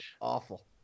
awful